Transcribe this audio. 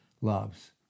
loves